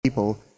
people